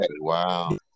wow